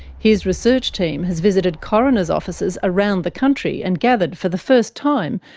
his research team has visited coroners' offices around the country, and gathered, for the first time,